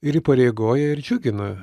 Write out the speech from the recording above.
ir įpareigoja ir džiugina